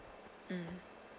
mm